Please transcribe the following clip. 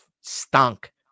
stunk